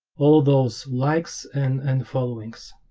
all those likes and and followings